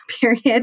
period